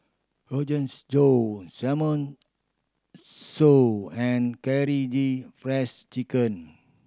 Rogans Josh and Karaage Frieds Chicken